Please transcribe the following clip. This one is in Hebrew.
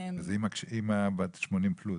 אימא בת 80 פלוס.